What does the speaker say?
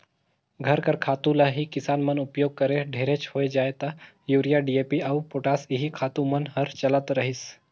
घर कर खातू ल ही किसान मन उपियोग करें ढेरेच होए जाए ता यूरिया, डी.ए.पी अउ पोटास एही खातू मन हर चलत रहिस